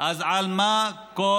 אז על מה כל